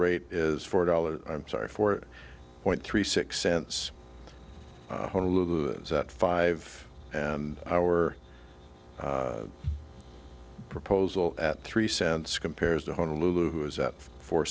rate is four dollars i'm sorry for it point three six cents at five and our proposal at three cents compares to honolulu has at four